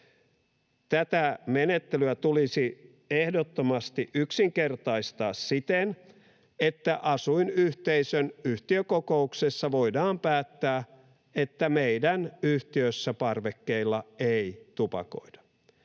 Tätä menettelyä tulisi ehdottomasti yksinkertaistaa siten, että asuinyhteisön yhtiökokouksessa voidaan päättää, että meidän yhtiössämme parvekkeilla ei tupakoida.